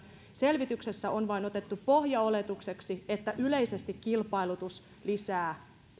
selvityksessä on vain otettu pohjaoletukseksi että yleisesti kilpailutus lisää